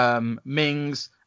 Mings